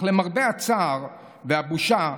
אך למרבה הצער והבושה,